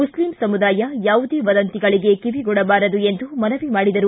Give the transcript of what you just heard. Muslim ಸಮುದಾಯ ಯಾವುದೇ ವದಂತಿಗಳಿಗೆ ಕಿವಿಗೊಡಬಾರದು ಎಂದು ಮನವಿ ಮಾಡಿದರು